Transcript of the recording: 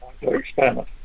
experiment